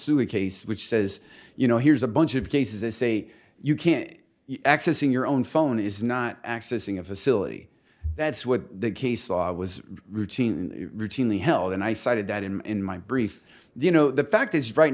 a case which says you know here's a bunch of cases they say you can't access in your own phone is not accessing a facility that's what the case law was routine routinely held and i cited that in in my brief the you know the fact is right